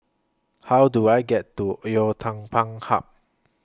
How Do I get to Oei Tiong Ham Park